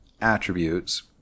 attributes